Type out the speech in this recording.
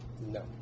No